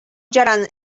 жараны